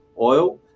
oil